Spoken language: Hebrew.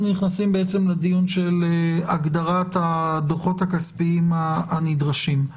נכנסים לדיון של הגדרת הדוחות הכספיים הנדרשים.